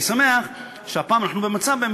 אני שמח שהפעם אנחנו באמת במצב,